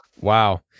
Wow